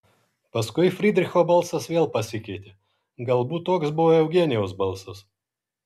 paskui frydricho balsas vėl pasikeitė galbūt toks buvo eugenijaus balsas